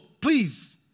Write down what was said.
please